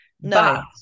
No